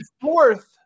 fourth